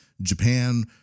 Japan